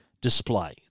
display